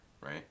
right